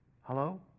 hello